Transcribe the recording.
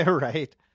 right